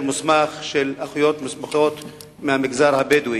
מוסמך של אחיות מוסמכות מהמגזר הבדואי.